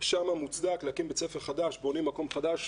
שם מוצדק להקים בית ספר חדש, בונים מקום חדש,